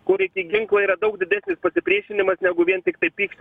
kur iki ginklo yra daug didesnis pasipriešinimas negu vien tiktai pykšt